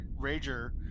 rager